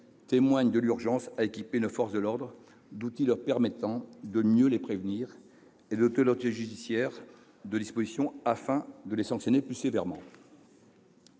témoignent de l'urgence à équiper nos forces de l'ordre d'outils leur permettant de mieux les prévenir et de doter l'autorité judiciaire de dispositions, afin de les sanctionner plus sévèrement.